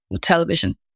television